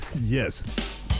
Yes